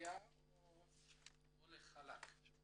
וביורוקרטיה או זה הולך חלק?